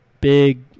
big